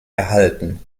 erhalten